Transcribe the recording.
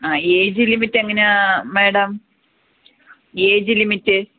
ആ ഏജ് ലിമിറ്റെങ്ങനാണ് madam age limit